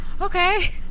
Okay